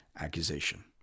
accusation